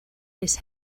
his